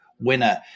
winner